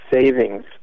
savings